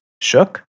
shook